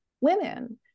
women